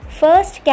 first